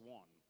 one